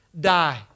die